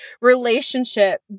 relationship